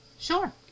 Sure